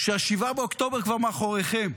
ש-7 באוקטובר כבר מאחוריכם.